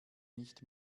nicht